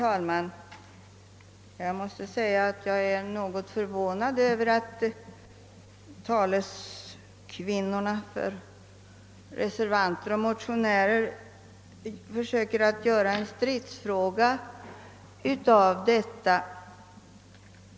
Herr talman! Jag är något förvånad över att taleskvinnorna för reservanter och motionärer försöker göra en stridsfråga av detta ärende.